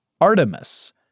Artemis